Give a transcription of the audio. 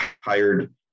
hired